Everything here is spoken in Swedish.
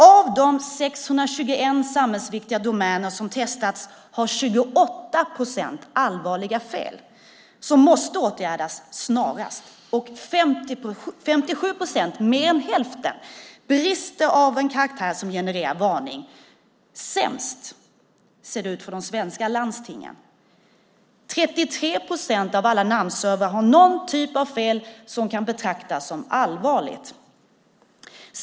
Av de 621 samhällsviktiga domäner som testats har 28 procent allvarliga fel som måste åtgärdas snarast, och 57 procent, mer än hälften, har brister av en karaktär som genererar varning. Sämst ser det ut för de svenska landstingen. 33 procent av alla namnservrar har någon typ av fel som kan betraktas som allvarligt.